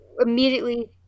immediately